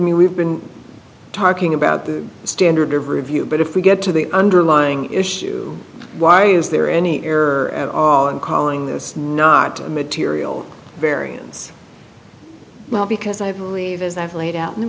mean we've been talking about the standard of review but if we get to the underlying issue why is there any you're calling this not a material variance well because i believe as i've laid out in the